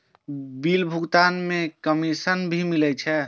Bill भुगतान में commission भी मिले छै?